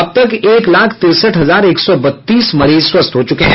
अब तक एक लाख तिरसठ हजार एक सौ बत्तीस मरीज स्वस्थ हो चुके हैं